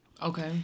okay